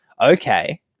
okay